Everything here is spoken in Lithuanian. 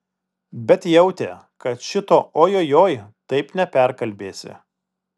bet jautė kad šito ojojoi taip neperkalbėsi